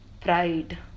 Pride